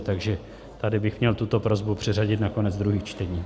Takže tady bych měl tuto prosbu přeřadit na konec druhých čtení.